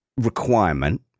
requirement